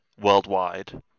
worldwide